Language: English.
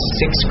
six